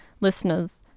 listeners